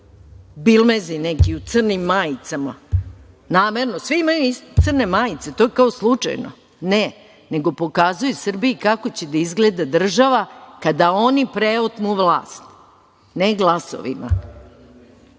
Bilmezi neki u crnim majicama, namerno, svi imaju crne majice. To je kao slučajno? Ne, nego pokazuju Srbiji kako će da izgleda država kada oni preotmu vlast, ne glasovima,